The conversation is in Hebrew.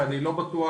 ואני לא בטוח,